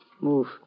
Move